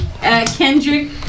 Kendrick